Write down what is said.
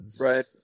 Right